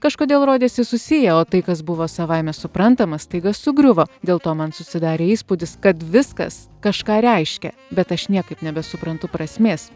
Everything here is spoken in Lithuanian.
kažkodėl rodėsi susiję o tai kas buvo savaime suprantama staiga sugriuvo dėl to man susidarė įspūdis kad viskas kažką reiškia bet aš niekaip nebesuprantu prasmės